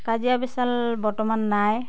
কাজিয়া পেচাল বৰ্তমান নাই